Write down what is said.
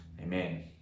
Amen